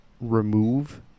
remove